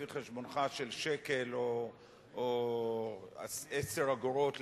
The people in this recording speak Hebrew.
לפי חשבונך של שקל או 10 אגורות לשיחה,